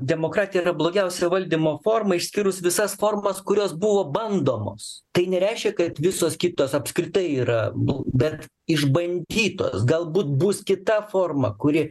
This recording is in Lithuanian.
demokratija yra blogiausia valdymo forma išskyrus visas formas kurios buvo bandomos tai nereiškia kad visos kitos apskritai yra bet išbandytos galbūt bus kita forma kuri